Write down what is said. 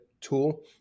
tool